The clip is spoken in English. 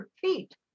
feet